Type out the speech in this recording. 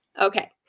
Okay